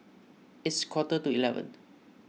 its quarter to eleven